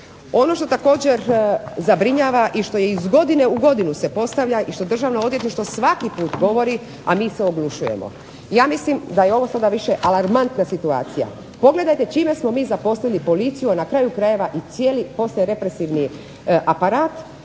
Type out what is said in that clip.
Ono što također zabrinjava i što se iz godine u godinu se postavlja i što Državno odvjetništvo svaki puta govori, a mi se oglušujemo. Ja mislim da je ovo sada alarmantna situacija. Pogledajte čime smo mi zaposlili policiju a na kraju krajeva i cijeli poslije represivni aparat